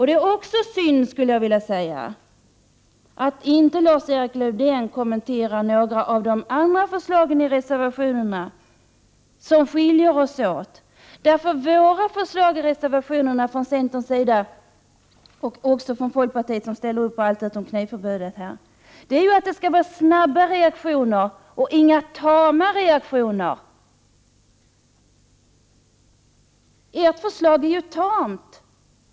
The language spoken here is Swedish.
Det är också synd att Lars-Erik Lövdén inte kommenterade de övriga förslagen i reservationerna som skiljer oss åt. Våra förslag från centern och folkpartiet — som ställer sig bakom allt utom knivförbudet — är att reaktionerna skall vara snabba och inte tama. Ert förslag är ju tamt.